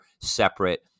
separate